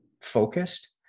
focused